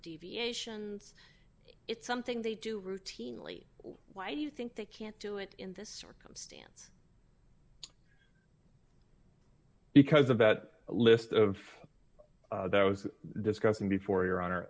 deviations it's something they do routinely why do you think they can't do it in this circumstance because of that list of those discussing before your hon